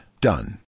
Done